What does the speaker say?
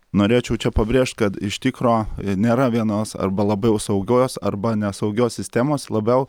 norėčiau čia pabrėžt kad iš tikro nėra vienos arba labiau saugios arba nesaugios sistemos labiau